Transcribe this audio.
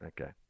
Okay